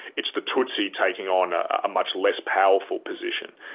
it's the tutsi taking on a much less powerful position.